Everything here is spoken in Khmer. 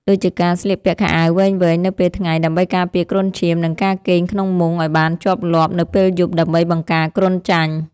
ដូចជាការស្លៀកពាក់ខោអាវវែងៗនៅពេលថ្ងៃដើម្បីការពារគ្រុនឈាម និងការគេងក្នុងមុងឱ្យបានជាប់លាប់នៅពេលយប់ដើម្បីបង្ការគ្រុនចាញ់។